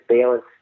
balance